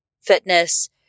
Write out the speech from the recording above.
fitness